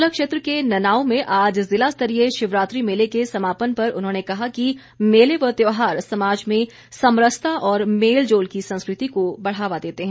सुलह क्षेत्र के ननाओं में आज जिला स्तरीय शिवरात्रि मेले के समापन पर उन्होंने कहा कि मेले व त्यौहार समाज में समरसता और मेल जोल की संस्कृति को बढ़ावा देते है